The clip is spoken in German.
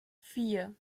vier